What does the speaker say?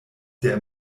der